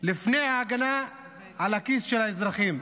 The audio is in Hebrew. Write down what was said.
לפני ההגנה על הכיס של האזרחים.